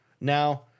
Now